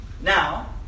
Now